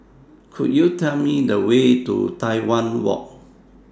Could YOU Tell Me The Way to Tai Hwan Walk